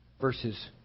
verses